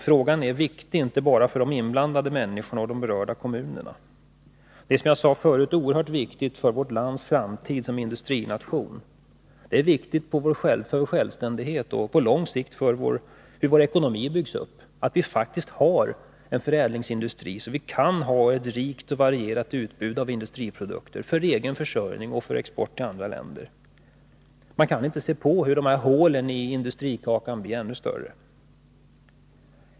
Frågan är viktig, inte bara för de inblandade människorna och de berörda kommunerna. Det är som jag sade förut oerhört viktigt för vårt lands framtid som industrination, det är viktigt för vår självständighet och för hur vår ekonomi byggs upp på lång sikt, att vi faktiskt har en förädlingsindustri så att vi kan ha ett rikt och varierat utbud av industriprodukter för vår egen försörjning och för export till andra länder. Man kan inte bara se på hur hålen i industrikakan blir ännu större.